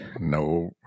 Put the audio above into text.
No